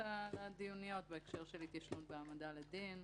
הדיוניות בהקשר של התיישנות בהעמדה לדין.